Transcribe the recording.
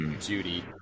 Judy